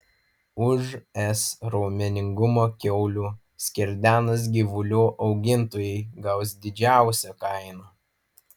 už s raumeningumo kiaulių skerdenas gyvulių augintojai gaus didžiausią kainą